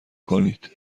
کنید